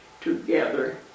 together